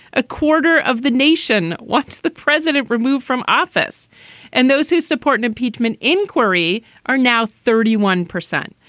a quarter of the nation. what's the president removed from office and those who support an impeachment inquiry are now thirty one percent.